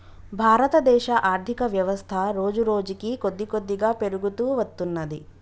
భారతదేశ ఆర్ధికవ్యవస్థ రోజురోజుకీ కొద్దికొద్దిగా పెరుగుతూ వత్తున్నది